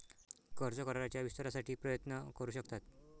कर्ज कराराच्या विस्तारासाठी प्रयत्न करू शकतात